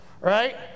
Right